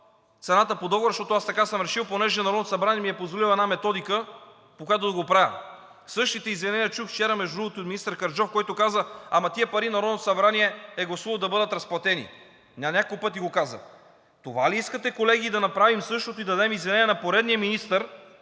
цената по договора, защото аз така съм решил, понеже Народното събрание ми е позволило една методика, по която да го правя. Същите изявления чух вчера, между другото, от министър Караджов, който каза: ама тези пари Народното събрание е гласувало да бъдат разплатени – на няколко пъти го каза. Това ли искате, колеги, да направим – същото, и да дадем възможност в изявления поредният министър